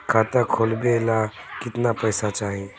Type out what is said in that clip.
खाता खोलबे ला कितना पैसा चाही?